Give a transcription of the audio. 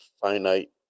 finite